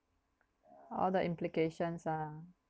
all the implications ah